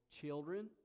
children